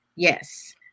Yes